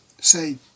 say